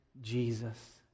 Jesus